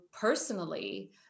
personally